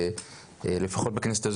כי לפחות בכנסת הנוכחית,